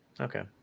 Okay